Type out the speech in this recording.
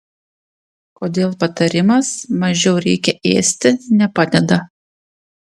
kodėl patarimas mažiau reikia ėsti nepadeda